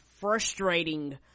frustrating